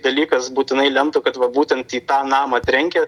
dalykas būtinai lemtų kad va būtent į tą namą trenkė